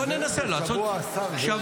בואו ננסה לעשות שבוע.